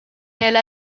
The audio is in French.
elle